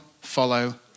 follow